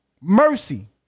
mercy